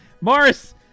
Morris